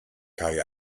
kai